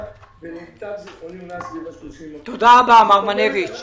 ולמיטב זיכרוני הוא נע סביב 30%. אנחנו בהחלט